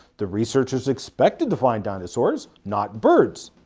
the researchers expected to find dinosaurs, not birds,